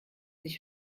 sich